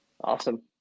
Awesome